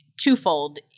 twofold